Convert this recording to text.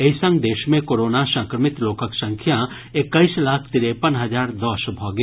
एहि संग देश मे कोरोना संक्रमित लोकक संख्या एक्कैस लाख तिरेपन हजार दस भऽ गेल